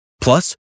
Plus